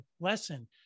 lesson